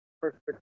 perfect